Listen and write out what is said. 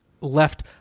left